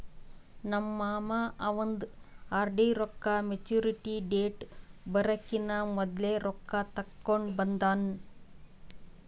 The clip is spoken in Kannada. ನಮ್ ಮಾಮಾ ಅವಂದ್ ಆರ್.ಡಿ ರೊಕ್ಕಾ ಮ್ಯಚುರಿಟಿ ಡೇಟ್ ಬರಕಿನಾ ಮೊದ್ಲೆ ರೊಕ್ಕಾ ತೆಕ್ಕೊಂಡ್ ಬಂದಾನ್